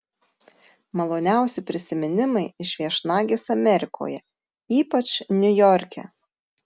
maloniausi prisiminimai iš viešnagės amerikoje ypač niujorke